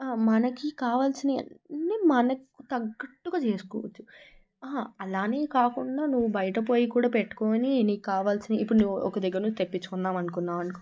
మనకి కావాల్సిన అన్ని మనకు తగ్గట్టుగా చేసుకోవచ్చు అలానే కాకుండా నువ్వు బయట పోయి కూడా పెట్టుకొని నీకు కావలసినవి ఇప్పుడు నువ్వు ఒక దగ్గర నుంచి తెప్పించుకున్నావు అనుకుందాం అనుకో